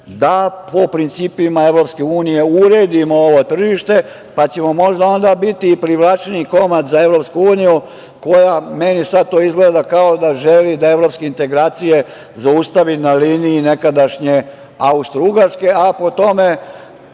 da po principima EU redimo ovo tržište pa ćemo možda onda biti privlačniji komad za EU koja, meni sada to izgleda kao da želi da evropske integracije zaustavi na liniji nekadašnje Austrougarske, a po tome,